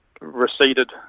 receded